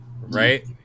Right